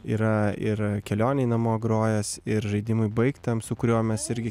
yra ir kelionėj namo grojęs ir žaidimui baigtam su kurio mes irgi